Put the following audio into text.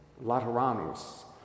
Lateranus